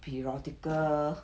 periodical